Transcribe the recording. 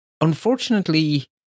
unfortunately